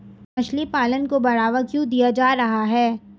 मछली पालन को बढ़ावा क्यों दिया जा रहा है?